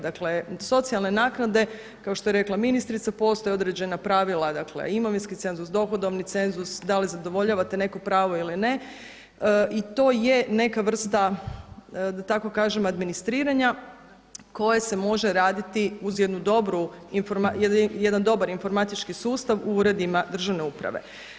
Dakle, socijalne naknade kao što je rekla ministrica postoje određena pravila, dakle imovinski cenzus, dohodovni cenzus da li zadovoljavate neko pravo ili ne i to je neka vrsta da tako kažem administriranja koje se može raditi uz jednu dobru, jedan dobar informatički sustav u uredima državne uprave.